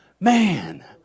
Man